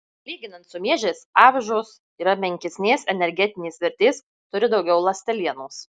lyginant su miežiais avižos yra menkesnės energetinės vertės turi daugiau ląstelienos